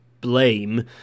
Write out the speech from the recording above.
blame